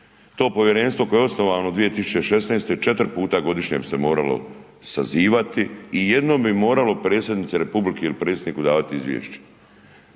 To povjerenstvo koje je osnovano 2016., 4 puta godišnje bi se moralo sazivati i jednom bi moralo predsjednici republike ili predsjedniku davati izvješće.